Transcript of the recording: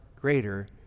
greater